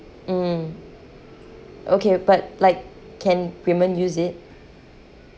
mm okay but like can women use it